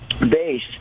base